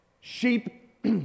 Sheep